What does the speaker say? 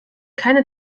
keine